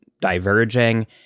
diverging